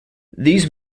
these